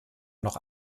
noch